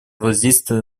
воздействие